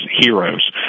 heroes